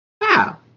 Wow